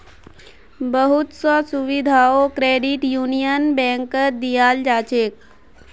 बहुत स सुविधाओ क्रेडिट यूनियन बैंकत दीयाल जा छेक